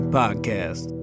podcast